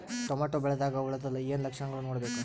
Tomato ಬೆಳಿದಾಗ್ ಹುಳದ ಏನ್ ಲಕ್ಷಣಗಳು ನೋಡ್ಬೇಕು?